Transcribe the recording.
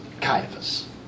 Caiaphas